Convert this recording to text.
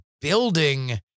building